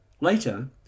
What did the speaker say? Later